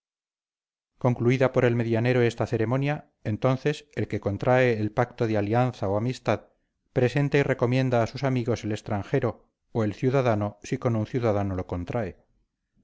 concluida por el medianero esta ceremonia entonces el que contrae el pacto de alianza o amistad presenta y recomienda a sus amigos el extranjero o el ciudadano si con un ciudadano lo contrae